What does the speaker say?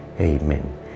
Amen